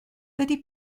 dydi